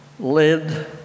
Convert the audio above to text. led